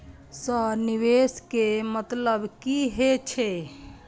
Sir निवेश के मतलब की हे छे?